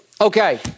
okay